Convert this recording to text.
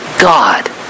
God